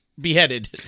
Beheaded